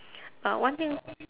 but one thing